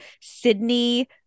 Sydney